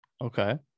okay